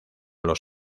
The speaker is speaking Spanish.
los